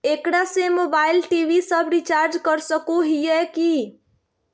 एकरा से mobile TV सब रिचार्ज कर सको हियै की?